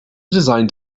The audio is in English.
designed